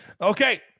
Okay